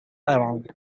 abound